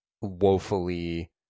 woefully